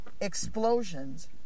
explosions